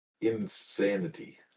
insanity